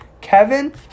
Kevin